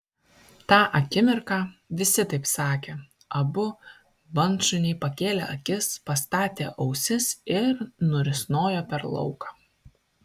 tą akimirką visi taip sakė abu bandšuniai pakėlė akis pastatė ausis ir nurisnojo per lauką